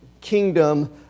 kingdom